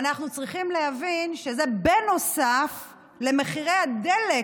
אנחנו צריכים להבין שזה בנוסף למחירי הדלק,